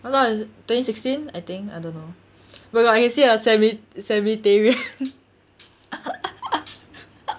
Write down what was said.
ya lor it's twenty sixteen I think I don't know oh my god I can see your ceme~ cemeterian